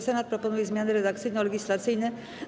Senat proponuje zmiany redakcyjno-legislacyjne.